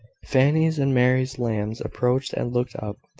fanny's and mary's lambs approached and looked up,